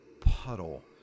puddle